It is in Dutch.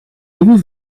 nieuwe